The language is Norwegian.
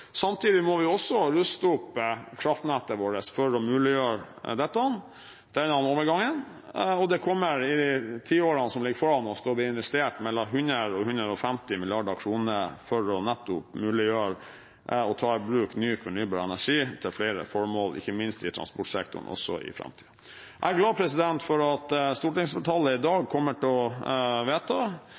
Samtidig må vi også ruste opp kraftnettet vårt for å muliggjøre denne overgangen, og det kommer i tiårene som ligger foran oss, til å bli investert mellom 100 mrd. kr og 150 mrd. kr for nettopp å muliggjøre å ta i bruk ny fornybar energi til flere formål, ikke minst i transportsektoren i framtiden. Jeg er glad for at stortingsflertallet i dag kommer til å vedta